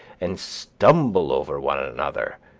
and stumble over one another,